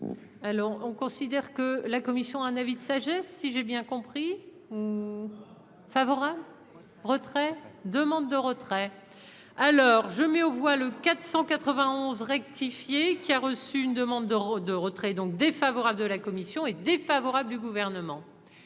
Elles on considère que la commission un avis de sagesse, si j'ai bien compris. Favorable retrait demande de retrait à l'heure, je mets aux voix le. 491 rectifié, qui a reçu une demande d'euros de retraits donc défavorable de la commission est défavorable du gouvernement